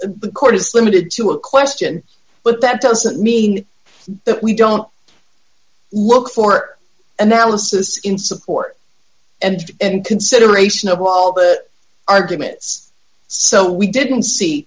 the court is limited to a question but that doesn't mean we don't look for analysis in support and and consideration of all the arguments so we didn't see